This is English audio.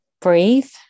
Breathe